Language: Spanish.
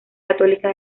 católica